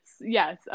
yes